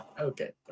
Okay